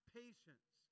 patience